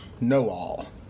know-all